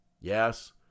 Yes